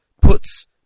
puts